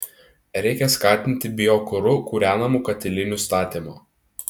reikia skatinti biokuru kūrenamų katilinių statymą